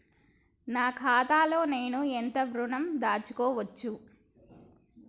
నా ఖాతాలో నేను ఎంత ఋణం దాచుకోవచ్చు?